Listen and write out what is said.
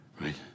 Right